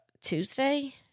Tuesday